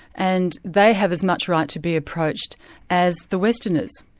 and they have as much right to be approached as the westerners.